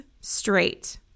straight